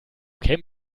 kämen